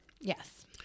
Yes